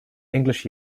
english